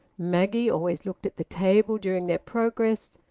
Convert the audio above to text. maggie always looked at the table during their progress,